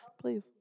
please